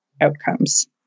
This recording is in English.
outcomes